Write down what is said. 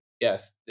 yes